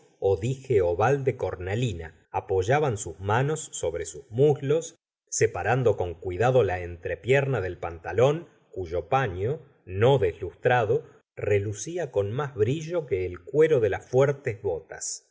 sello dije oval de cornalina apoyaban sus manos sobre sus muslos separando con cuidado la entrepierna del pantalón cuyo paño no deslustrado relucía con más brillo que el cuero de las fuertes botas